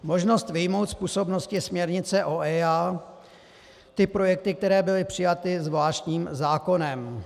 Možnost vyjmout z působnosti směrnice o EIA ty projekty, které byly přijaty zvláštním zákonem.